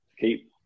keep